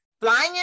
flying